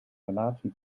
relatie